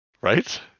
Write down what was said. Right